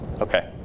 Okay